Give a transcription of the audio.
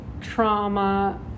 trauma